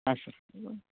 ಹಾಂ ಸರ್